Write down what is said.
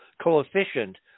coefficient